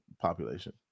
population